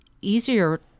easier